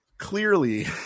clearly